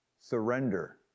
surrender